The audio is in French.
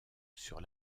sur